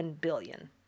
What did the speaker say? billion